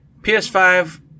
PS5